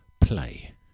Play